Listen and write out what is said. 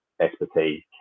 expertise